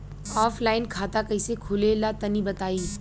Offline खाता कइसे खुले ला तनि बताई?